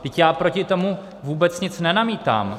Vždyť já proti tomu vůbec nic nenamítám.